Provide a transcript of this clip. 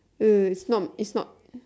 wait wait wait it's not it's not